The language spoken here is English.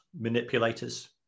manipulators